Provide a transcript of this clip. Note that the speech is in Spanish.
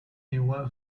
igual